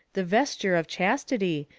the vesture of chastity,